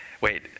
wait